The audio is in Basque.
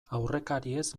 aurrekariez